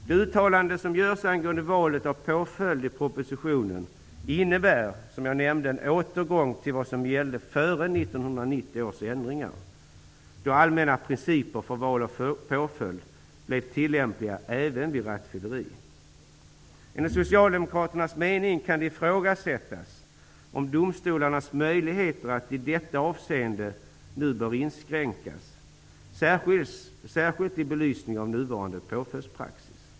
Det uttalande som görs i propositionen angående valet av påföljd innebär, som jag nämnde tidigare, en återgång till vad som gällde före 1990 Enligt Socialdemokraternas mening kan det ifrågasättas om domstolarnas möjligheter i detta avseende nu bör inskränkas, särskilt i belysning av nuvarande påföljdspraxis.